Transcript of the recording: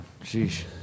Sheesh